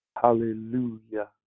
Hallelujah